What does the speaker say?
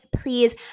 Please